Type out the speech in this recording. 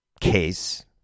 case